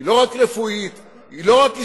היא לא רפואית, היא לא רק היסטורית.